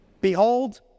Behold